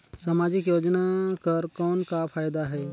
समाजिक योजना कर कौन का फायदा है?